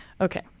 Okay